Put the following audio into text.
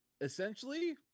Essentially